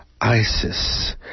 Isis